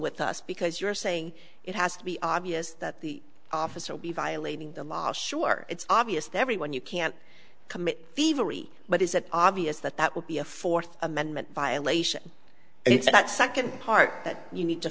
with us because you're saying it has to be obvious that the officer would be violating the law sure it's obvious to everyone you can't commit thievery but is it obvious that that would be a fourth amendment violation and it's that second part that you need to